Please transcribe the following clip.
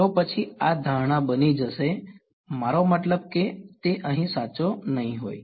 તો પછી આ ધારણા બની જશે મારો મતલબ કે તે અહીં સાચો નહીં હોય